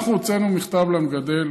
אנחנו הוצאנו מכתב למגדל,